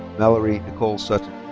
malorie nicole sutton.